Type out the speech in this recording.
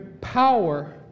power